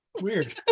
Weird